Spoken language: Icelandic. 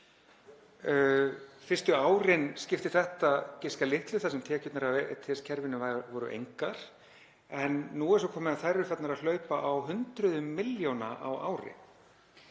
Fyrstu árin skipti þetta giska litlu, þar sem tekjurnar af ETS-kerfinu voru engar, en nú er svo komið að þær eru farnar að hlaupa á hundruðum milljóna á ári